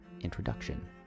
introduction